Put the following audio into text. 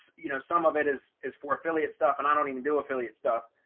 you know, some of it is, is for affiliate stuff and i don't even do affiliate stuff.